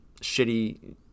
shitty